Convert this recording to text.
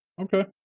Okay